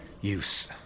use